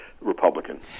Republican